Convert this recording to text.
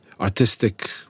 Artistic